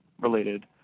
related